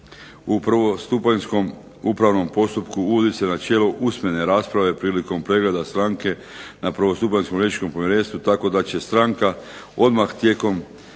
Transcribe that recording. U prvostupanjskom upravnom postupku uvodi se načelo usmene rasprave prilikom pregleda stranke na Prvostupanjskom liječničkom povjerenstvu tako da će stranka odmah tijekom